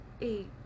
eight